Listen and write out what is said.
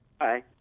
Hi